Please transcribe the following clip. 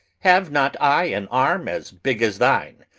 have not i an arm as big as thine,